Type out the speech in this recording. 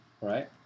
right